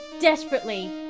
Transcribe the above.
desperately